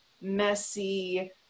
messy